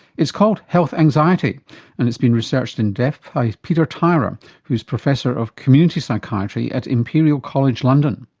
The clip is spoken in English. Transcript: it's called health anxiety and it's been researched in depth by peter tyrer who's professor of community psychiatry at imperial college london.